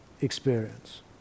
experience